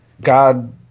God